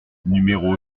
numéro